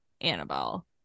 annabelle